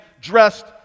dressed